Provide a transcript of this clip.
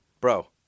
Bro